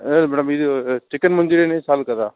లేదు మేడం ఇది చికెన్ మంచూరియానే చాలు కదా